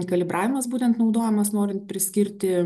kalibravimas būtent naudojamas norint priskirti